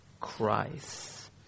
Christ